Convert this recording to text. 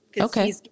Okay